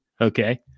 Okay